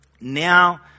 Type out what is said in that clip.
Now